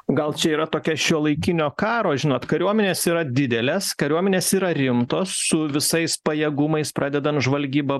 gal čia yra tokia šiuolaikinio karo žinot kariuomenės yra didelės kariuomenės yra rimtos su visais pajėgumais pradedant žvalgyba